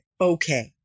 Okay